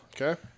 Okay